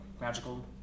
magical